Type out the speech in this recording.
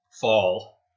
fall